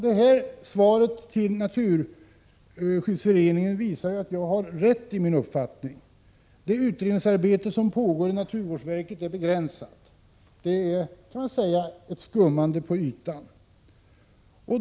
Detta svar till Naturskyddsföreningen visar ju att jag har rätt i min uppfattning. Det utredningsarbete som pågår vid naturvårdsverket är begränsat. Det är, kan man säga, ett skummande på ytan.